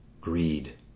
greed